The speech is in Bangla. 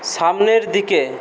সামনের দিকে